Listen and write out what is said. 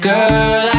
Girl